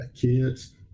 kids